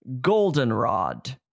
goldenrod